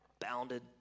bounded